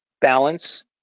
balance